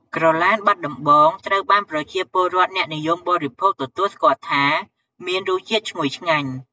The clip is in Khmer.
ក្រឡានបាត់ដំបង ត្រូវបានប្រជាពលរដ្ឋអ្នកនិយមបរិភោគទទួលស្គាល់ថា មានរសជាតិឈ្ងុយឆ្ងាញ់។